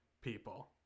people